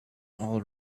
all